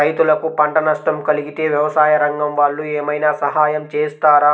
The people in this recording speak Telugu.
రైతులకు పంట నష్టం కలిగితే వ్యవసాయ రంగం వాళ్ళు ఏమైనా సహాయం చేస్తారా?